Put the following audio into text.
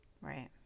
Right